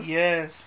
yes